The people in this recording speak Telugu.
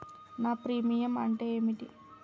నా ప్రీమియం అంటే ఏమిటి?